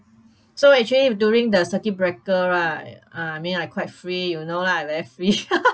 so actually during the circuit breaker right uh I mean I quite free you know lah I very free